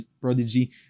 prodigy